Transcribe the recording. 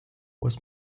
was